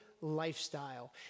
lifestyle